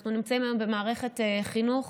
אנחנו נמצאים במערכת חינוך